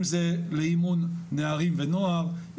אם זה לאימון נערים ונוער,